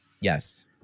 Yes